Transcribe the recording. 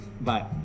bye